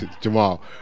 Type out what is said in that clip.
Jamal